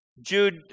Jude